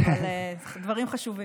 אבל אלה דברים חשובים.